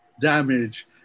damage